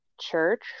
church